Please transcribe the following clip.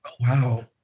wow